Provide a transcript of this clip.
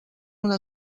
una